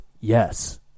yes